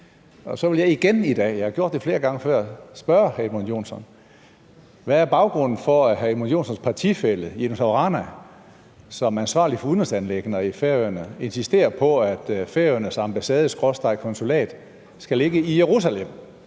gange før – spørge hr. Edmund Joensen, hvad baggrunden er for, at hr. Edmund Joensens partifælle Jenis av Rana som ansvarlig for udenrigsanliggender på Færøerne insisterer på, at Færøernes ambassade/konsulat skal ligge i Jerusalem